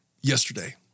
yesterday